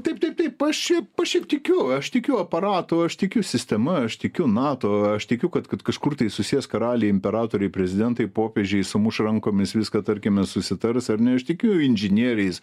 taip taip taip aš šiaip aš šiaip tikiu aš tikiu aparatu aš tikiu sistema aš tikiu nato aš tikiu kad kad kažkur tai susės karaliai imperatoriai prezidentai popiežiai sumuš rankomis viską tarkime susitars ar ne aš tikiu inžinieriais